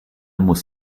muss